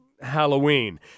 Halloween